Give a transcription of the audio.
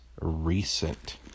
recent